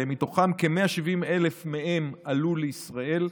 וכ-170,000 מהם עלו לישראל,